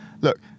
Look